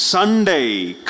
Sunday